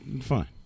fine